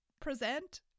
Present